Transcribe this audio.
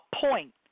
point